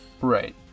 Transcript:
Right